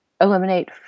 eliminate